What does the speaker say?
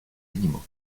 animaux